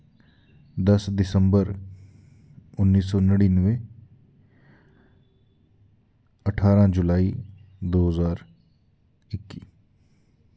दस दिसंबर उन्नी सौ नड़िनवे ठारां जुलाई दो ज्हार इक्की